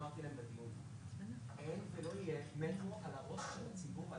מדובר פה בראשי רשויות.